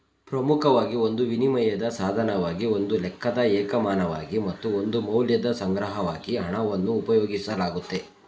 ಪ್ರಮುಖವಾಗಿ ಒಂದು ವಿನಿಮಯದ ಸಾಧನವಾಗಿ ಒಂದು ಲೆಕ್ಕದ ಏಕಮಾನವಾಗಿ ಮತ್ತು ಒಂದು ಮೌಲ್ಯದ ಸಂಗ್ರಹವಾಗಿ ಹಣವನ್ನು ಉಪಯೋಗಿಸಲಾಗುತ್ತೆ